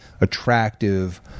attractive